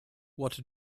what